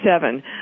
seven